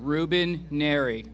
rubin mary